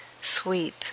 sweep